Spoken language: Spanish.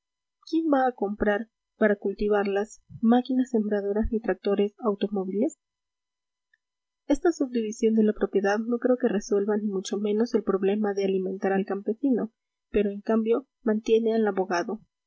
quién va a comprar para cultivarlas máquinas sembradoras ni tractores automóviles esta subdivisión de la propiedad no creo que resuelva ni muchos menos el problema de alimentar al campesino pero en cambio mantiene al abogado